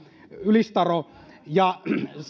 ylistaro